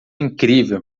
incrível